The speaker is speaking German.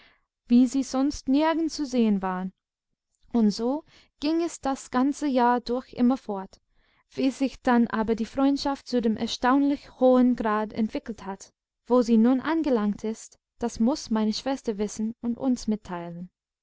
wie sie sonst nirgends zu sehen waren und so ging es das ganze jahr durch immerfort wie sich dann aber die freundschaft zu dem erstaunlich hohen grad entwickelt hat wo sie nun angelangt ist das muß meine schwester wissen und uns mitteilen